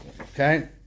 okay